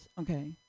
Okay